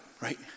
right